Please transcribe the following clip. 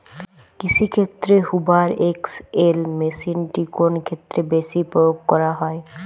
কৃষিক্ষেত্রে Hoover XL মেশিনটি কোন ক্ষেত্রে বেশি প্রয়োগ করা হয়?